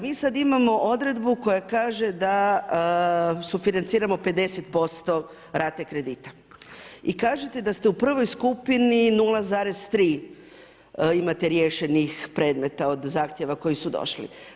Mi sad imamo odredbu koja kaže da sufinanciramo 50% rate kredita i kažete da ste u prvoj skupini 0,3 imate riješenih predmeta od zahtjeva koji su došli.